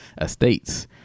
estates